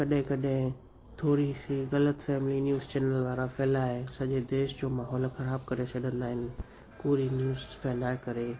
कॾहिं कॾहिं थोरी सी ग़लतफ़हमी न्यूस चैनल वारा फैलाए सॼे देश जो माहौल ख़राब करे छॾंदा आहिनि कूरी न्यूस फैलाए करे